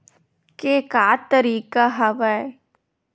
के का तरीका हवय?